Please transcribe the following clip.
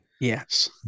Yes